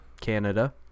Canada